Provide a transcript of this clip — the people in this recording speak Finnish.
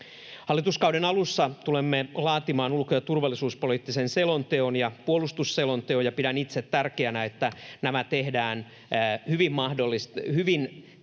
Hallituskauden alussa tulemme laatimaan ulko- ja turvallisuuspoliittisen selonteon ja puolustusselonteon, ja pidän itse tärkeänä, että nämä tehdään hyvin tiiviisti